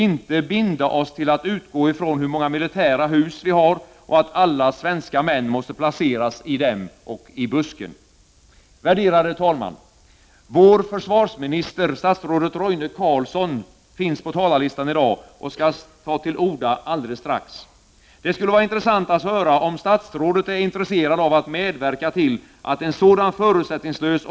En senareläggning av riksdagens armébeslut, som delar av oppositionen föreslår, skulle också lägga ytterligare lök på laxen och drabba en redan ansträngd försvarsekonomi hårt. Försvarskommittén fortsätter nu sitt viktiga arbete och kommer under januari nästa år att presentera ett delbetänkande avseende bl.a. säkerhetspolitiken och inriktningen av totalförsvaret.